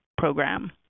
program